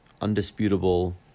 undisputable